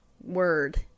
word